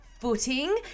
footing